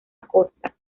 acosta